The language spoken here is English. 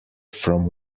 from